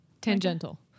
tangential